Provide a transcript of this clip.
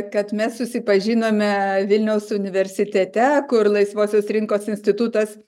kad mes susipažinome vilniaus universitete kur laisvosios rinkos institutas